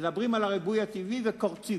מדברים על הריבוי הטבעי וקורצים.